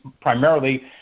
primarily